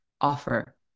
offer